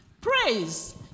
Praise